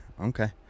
okay